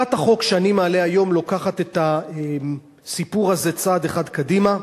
הצעת החוק שאני מעלה היום לוקחת את הסיפור הזה צעד אחד קדימה.